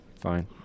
Fine